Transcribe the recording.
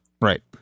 Right